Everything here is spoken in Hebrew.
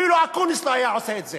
אפילו אקוניס לא היה עושה את זה.